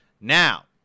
Now